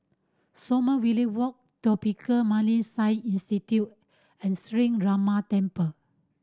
Sommerville Walk Tropical Marine Science Institute and Sree Ramar Temple